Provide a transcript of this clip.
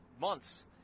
months